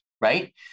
right